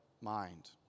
mind